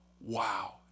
Wow